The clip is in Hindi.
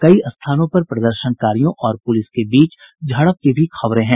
कई स्थानों पर प्रदर्शनकारियों और पुलिस के बीच झड़प की भी खबर है